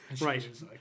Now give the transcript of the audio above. Right